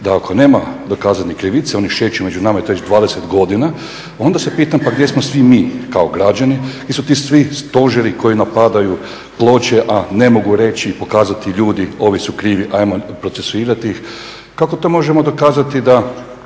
da ako nema dokazane krivice oni šeću među nama i to već 20 godina, onda se pitam pa gdje smo svi mi kao građani, gdje su ti svi stožeri koji napadaju Ploče, a ne mogu reći i pokazati ljudi ovi su krivi, ajmo procesuirati ih. Kako to možemo dokazati